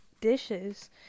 dishes